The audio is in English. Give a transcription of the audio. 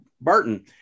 Barton